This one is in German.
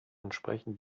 entsprechen